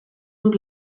dut